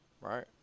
right